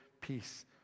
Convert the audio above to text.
peace